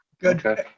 good